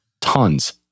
tons